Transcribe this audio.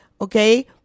Okay